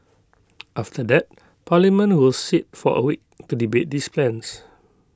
after that parliament will sit for A week to debate these plans